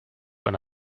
eine